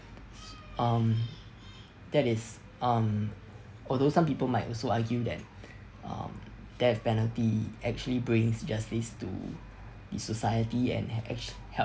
um that is um although some people might also argue that um death penalty actually brings justice to the society and actually help